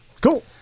Cool